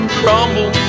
crumble